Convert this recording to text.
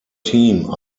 team